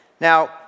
Now